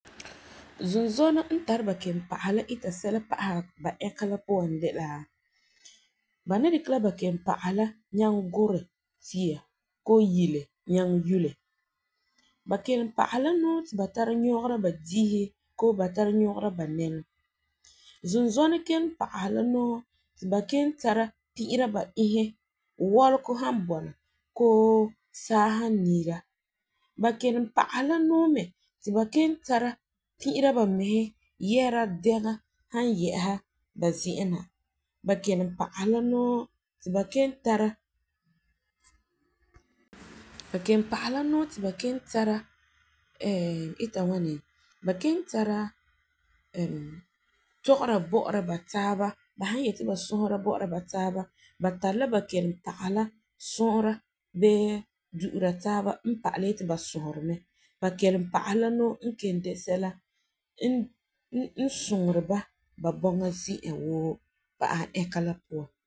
Zunzɔna tari ba kelempagesi la ita sɛla pa'asɛ ba ɛka la puan de la ba ni dikɛ la ba kelempagesi la nyaŋɛ gurɛ tia koo yile nyaŋɛ yule. Ba kelempagesi la nɔɔ ti ba tara nyɔgera ba diisi koo ba tara nyɔgera ba nɛŋɔ. Zunzɔna kelempagesi la nɔɔ ti ba kelum tara pi'ira bamesi yesera la dɛŋa san ye'esa ba zi'an na ba kelum tara ita la ŋwani tara tɔgera bɔ'ɔra ba taaba ba tari la ba san yeti ba sɔsera bɔ'ɔra taaba ba tari la ba kelempagesi la sɔɔra bii taaba n pa'alɛ yeti ba sɔseri mɛ. Ba kelempagesi la n suŋeri ba ba bɔŋa zi'an woo pa'asɛ ɛka la puan.